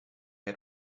had